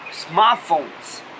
smartphones